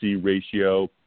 ratio